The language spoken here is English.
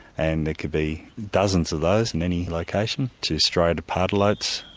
and there could be dozens of those in any location, to striated pardalotes,